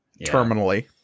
terminally